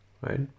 right